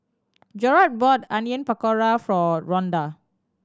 Jerrod bought Onion Pakora for Rhonda